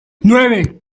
nueve